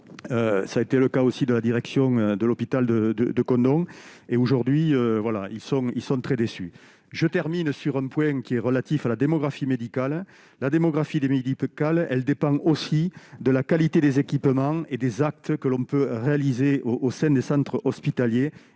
ça a été le cas aussi de la direction de l'hôpital de de de Caunes et aujourd'hui voilà, ils sont, ils sont très déçus, je termine sur un point qui est relatif à la démographie médicale, la démographie, les midi peu elle dépend aussi de la qualité des équipements et des actes que l'on peut réaliser au au sein des centres hospitaliers